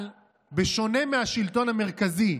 אבל בשונה מהשלטון המרכזי,